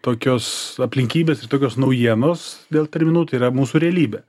tokios aplinkybės ir tokios naujienos dėl terminų tai yra mūsų realybė